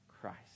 Christ